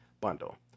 bundle